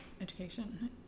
education